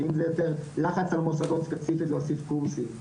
אם זה יותר לחץ על מוסדות שיוסיפו קורסים,